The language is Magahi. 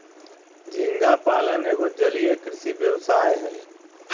झींगा पालन एगो जलीय कृषि व्यवसाय हय